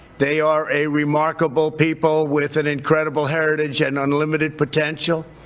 they are a remarkable people with an incredible heritage and unlimited potential.